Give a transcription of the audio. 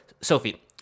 Sophie